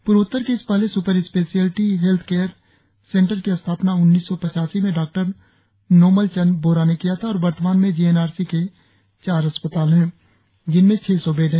पूर्वोत्तर के इस पहले super speciality health care centre की स्थापना उन्नीस सौ पच्चासी में डॉ नोमल चन्द्र बोरा ने किया था और वर्तमान में जी एन आर सी के चार अस्पताल हैं जिनमें छह सौ बेड है